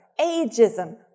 ageism